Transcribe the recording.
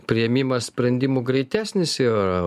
priėmimas sprendimų greitesnis ir